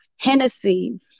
Hennessy